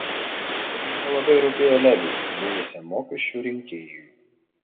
beje tai nelabai rūpėjo leviui buvusiam mokesčių rinkėjui